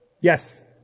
Yes